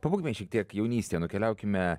pabūkime šiek tiek jaunystę nukeliaukime